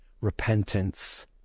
repentance